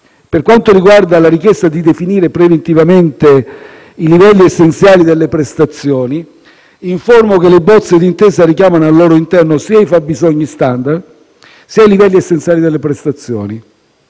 Per quanto riguarda la richiesta di definire preventivamente i livelli essenziali delle prestazioni, informo che le bozze di intesa richiamano al loro interno sia i fabbisogni *standard*, sia i livelli essenziali delle prestazioni.